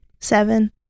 Seven